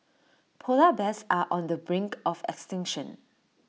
Polar Bears are on the brink of extinction